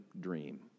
dream